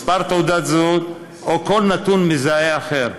מספר תעודת זהות או כל נתון מזהה אחר,